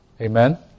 Amen